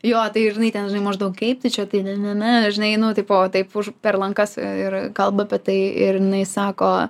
jo tai žinai ten žinai maždaug kaip tu čia tai ne ne ne žinai nu tipo taip už per lankas ir kalba apie tai ir jinai sako